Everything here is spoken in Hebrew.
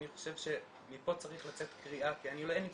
אני חושב שמפה צריכה לצאת קריאה, לי אין פתרונות,